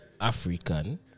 African